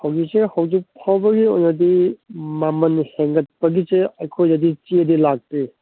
ꯍꯧꯖꯤꯛꯁꯦ ꯍꯧꯖꯤꯛ ꯐꯥꯎꯕꯒꯤ ꯑꯣꯏꯅꯗꯤ ꯃꯃꯟ ꯍꯦꯟꯒꯠꯄꯒꯤꯁꯦ ꯑꯩꯈꯣꯏꯗꯗꯤ ꯆꯦꯗꯤ ꯂꯥꯛꯇ꯭ꯔꯤ